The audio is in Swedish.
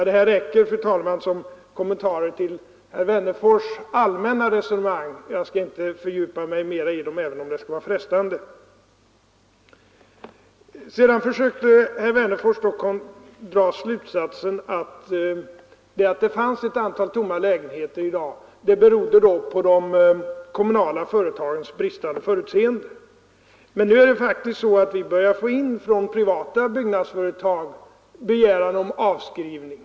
Detta räcker, fru talman, som kommentarer till herr Wennerfors” allmänna resonemang. Jag skall inte fördjupa mig mera i det, även om det skulle vara frestande. Vidare försökte herr Wennerfors dra den slutsatsen att det förhållandet att det finns ett antal tomma lägenheter i dag skulle bero på de kommunala företagens bristande förutseende. Men nu är det faktiskt så, att vi börjar få in ansökningar om avskrivning från privata byggnadsföretag.